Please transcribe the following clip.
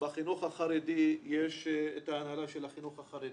בחינוך החרדי יש את ההנהלה של החינוך החרדי,